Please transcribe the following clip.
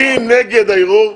מי נגד הערעור?